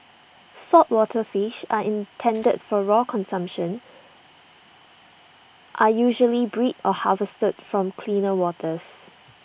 saltwater fish are intended for raw consumption are usually bred or harvested from cleaner waters